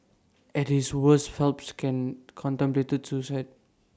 at his worst Phelps even contemplated suicide